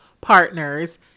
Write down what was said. partners